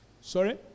Sorry